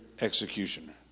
executioner